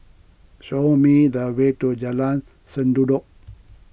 show me the way to Jalan Sendudok